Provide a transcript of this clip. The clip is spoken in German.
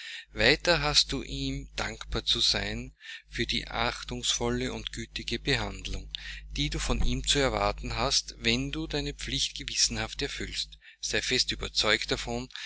weiter hast du ihm dankbar zu sein für die achtungsvolle und gütige behandlung die du von ihm zu erwarten hast wenn du deine pflicht gewissenhaft erfüllst sei fest überzeugt davon